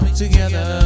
together